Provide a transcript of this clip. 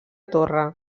torre